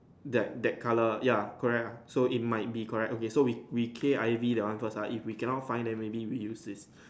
that that colour ya correct ah so it might be correct okay so we K_I_V that one first ah if we cannot find then maybe we use this